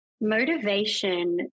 motivation